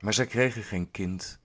maar zij kregen geen kind